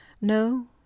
No